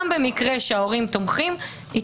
התייעצות עם הקטין גם במקרה שההורים תומכים.